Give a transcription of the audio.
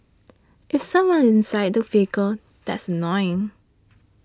if someone's inside the vehicle that's annoying